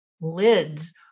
lids